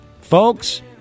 Folks